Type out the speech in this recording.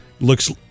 looks